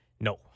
No